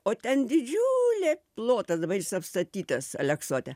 o ten didžiulė plotas dabar jis apstatytas aleksote